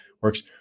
works